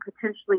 potentially